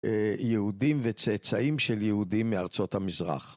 יהודים וצאצאים של יהודים מארצות המזרח.